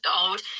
old